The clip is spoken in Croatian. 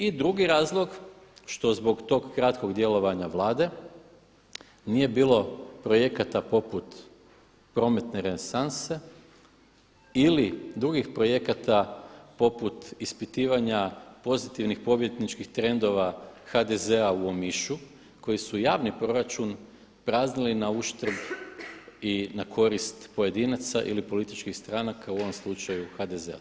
I drugi razlog što zbog tog kratkog djelovanja Vlade nije bilo projekata poput prometne renesanse ili drugih projekata poput ispitivanja pozitivnih pobjedničkih trendova HDZ-a u Omišu koji su javni proračun praznili na uštrb i na korist pojedinaca ili političkih stranaka u ovom slučaju HDZ-a.